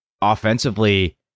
offensively